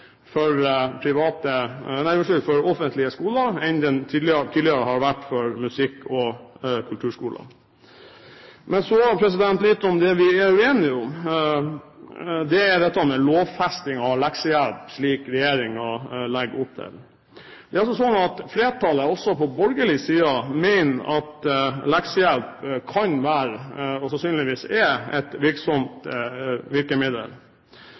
tidligere har vært. Så litt om det vi er uenige om, f.eks. dette med lovfesting av leksehjelp, som regjeringen legger opp til. Flertallet, også på borgerlig side, mener at leksehjelp kan være, og sannsynligvis er, et virksomt virkemiddel.